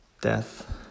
death